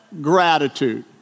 gratitude